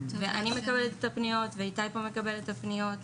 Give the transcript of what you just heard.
אני מקבלת את הפניות ואיתי מקבל את הפניות.